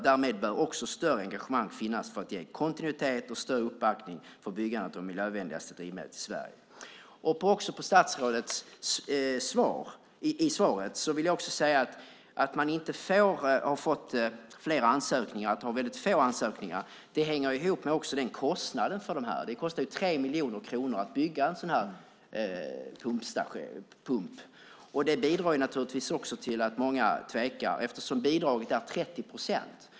Därmed bör också större engagemang finnas för att ge kontinuitet och större uppbackning av byggandet av det miljövänligaste drivmedlet i Sverige. Apropå att statsrådet i svaret säger att man inte har fått flera ansökningar vill jag peka på att det faktum att det var väldigt få ansökningar hänger ihop med kostnaden. Det kostar 3 miljoner kronor att bygga en pump. Det bidrar naturligtvis också till att många tvekar, eftersom bidraget är 30 procent.